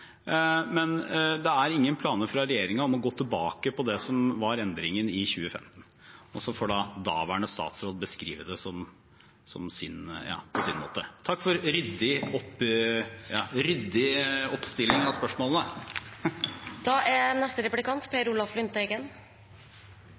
Men det er ingen planer fra regjeringen om å gå tilbake på det som var endringen i 2015. Og så får daværende statsråd beskrive det på sin måte. Takk for ryddig oppstilling av spørsmålene! Saksordføreren, Heidi Nordby Lunde, kommenterte arbeidsavklaringspenger, eller AAP-ordningen, som et rullebånd ut av arbeidslivet. Det er